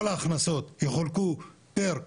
כל ההכנסות יחולקו פייר תושבים,